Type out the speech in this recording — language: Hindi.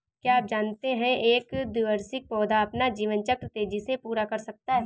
क्या आप जानते है एक द्विवार्षिक पौधा अपना जीवन चक्र तेजी से पूरा कर सकता है?